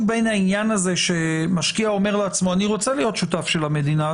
בין העניין הזה שמשקיע אומר לעצמו אני רוצה להיות שותף של המדינה.